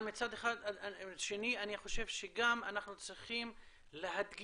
אבל מצד שני אני חושב שגם אנחנו צריכים להדגיש